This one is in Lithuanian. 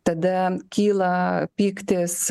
tada kyla pyktis